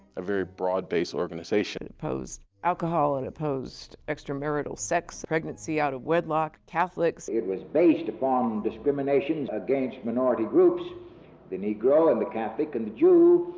a very broad-based organization. it opposed alcohol. it opposed extramarital sex, pregnancy out of wedlock, catholics. it was based upon discrimination against minority groups the negro, and the catholic, and the jew.